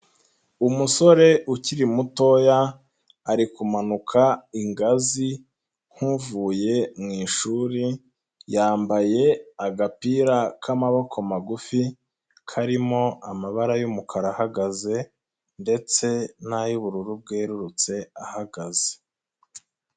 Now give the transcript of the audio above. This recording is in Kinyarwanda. Umusore ukiri mutoya, ari kumanuka ingazi nk'uvuye mu ishuri, yambaye agapira k'amaboko magufi, karimo amabara y'umukara ahagaze ndetse n'ay'ubururu bwerurutse ahagaze.